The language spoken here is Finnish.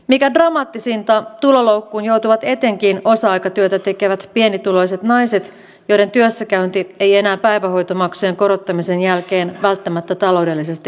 mikä dramaattisinta tuloloukkuun joutuvat etenkin osa aikatyötä tekevät pienituloiset naiset joiden työssäkäynti ei enää päivähoitomaksujen korottamisen jälkeen välttämättä taloudellisesti kannata